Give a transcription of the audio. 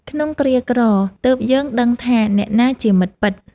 ក្នុងគ្រាក្រ ទើបយើងដឹងថាអ្នកណាជាមិត្តពិត។